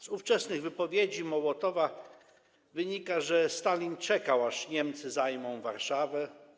Z ówczesnych wypowiedzi Mołotowa wynika, że Stalin czekał, aż Niemcy zajmą Warszawę.